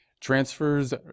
Transfers